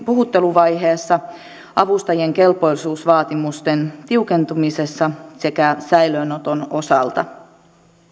puhutteluvaiheessa avustajien kelpoisuusvaatimusten tiukentumisessa sekä säilöönoton osalta